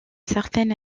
certaine